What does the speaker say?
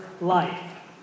life